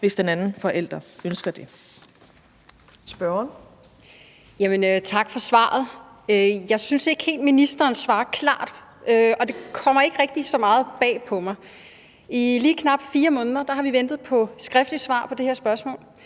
Kl. 15:17 Mette Thiesen (NB): Tak for svaret. Jeg synes ikke helt, ministerens svar er klart. Det kommer ikke rigtig så meget bag på mig. I lige knap 4 måneder har vi ventet på et skriftligt svar på det her spørgsmål.